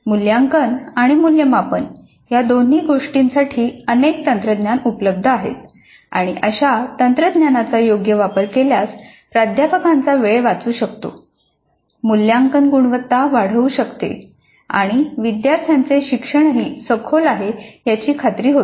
मूल्यांकन आणि मूल्यमापन या दोन्ही गोष्टींसाठी अनेक तंत्रज्ञान उपलब्ध आहेत आणि अशा तंत्रज्ञानाचा योग्य वापर केल्यास प्राध्यापकांचा वेळ वाचू शकतो मूल्यांकन गुणवत्ता वाढवू शकते आणि विद्यार्थ्यांचे शिक्षणही सखोल आहे याची खात्री होते